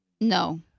No